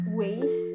ways